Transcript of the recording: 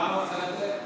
למה הוא עשה את זה?